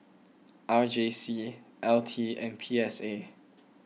R J C L T and P S A